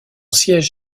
siège